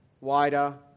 wider